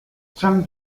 from